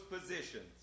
positions